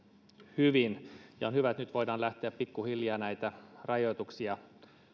hyvin ja on hyvä että nyt voidaan lähteä pikkuhiljaa näitä rajoituksia